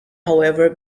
however